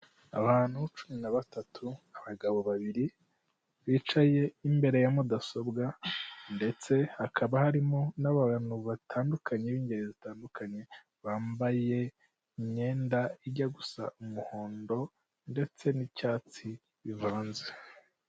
Abantu cumi na batatu abagabo babiri bicaye imbere ya mudasobwa, ndetse hakaba harimo n'abantu batandukanye b'ingeri zitandukanye, bambaye imyenda ijya gusa umuhondo ndetse n'icyatsi bivanze.